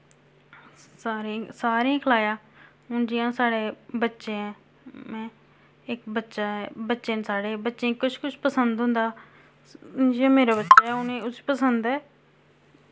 सारें गी सारें गी खलाया हून जि'यां साढ़े बच्चे ऐं ऐं इक बच्चा ऐ बच्चे न साढ़े बच्चें गी कुछ कुछ पसंद होंदा जि'यां मेरा बच्चा ऐ उ'नें उसी पसंद ऐ